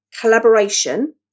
collaboration